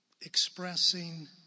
expressing